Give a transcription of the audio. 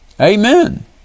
Amen